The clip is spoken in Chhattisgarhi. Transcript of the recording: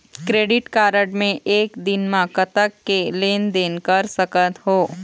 क्रेडिट कारड मे एक दिन म कतक के लेन देन कर सकत हो?